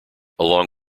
along